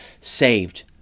saved